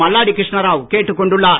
மல்லாடி கிருஷ்ணராவ் கேட்டுக் கொண்டுள்ளார்